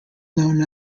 known